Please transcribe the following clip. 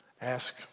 ask